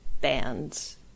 bands